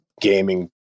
gaming